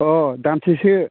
अह दानसेसो